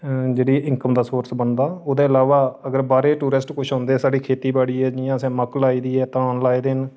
जेह्ड़ी इनकम दा सोर्स बनदा ओह्दे इलावा अगर बाह्रै दे टूरिस्ट किश औंदे साढ़ी खेती बाड़ी ऐ जि'यां असें मक्क लाई दी ऐ धान लाए दे न